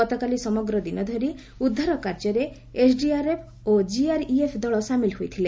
ଗତକାଲି ସମଗ୍ର ଦିନ ଧରି ଉଦ୍ଧାରକାର୍ଯ୍ୟରେ ଏସ୍ଡିଆର୍ଏଫ୍ ଓ କିଆର୍ଇଏଫ୍ ଦଳ ସାମିଲ ହୋଇଥିଲ